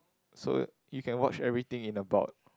so you can watch every thing in about